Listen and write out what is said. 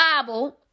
Bible